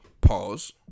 Pause